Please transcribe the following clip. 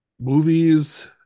movies